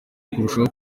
kurushaho